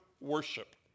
worship